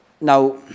Now